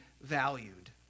valued